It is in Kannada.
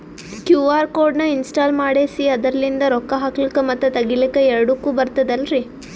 ಕ್ಯೂ.ಆರ್ ಕೋಡ್ ನ ಇನ್ಸ್ಟಾಲ ಮಾಡೆಸಿ ಅದರ್ಲಿಂದ ರೊಕ್ಕ ಹಾಕ್ಲಕ್ಕ ಮತ್ತ ತಗಿಲಕ ಎರಡುಕ್ಕು ಬರ್ತದಲ್ರಿ?